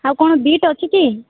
ଆଉ କ'ଣ ବିଟ୍ ଅଛି କି